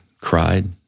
cried